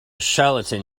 charlatan